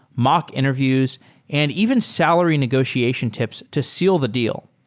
mock interviews and even salary negotiation tips to seal the deal.